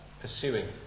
pursuing